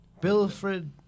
Bilfred